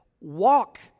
walk